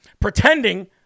pretending